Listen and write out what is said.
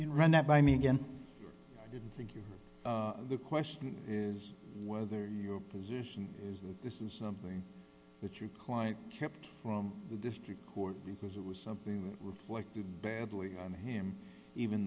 know run that by me again i didn't think you the question is whether your position is that this is something that your client kept from the district court because it was something that reflected badly on him even